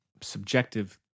subjective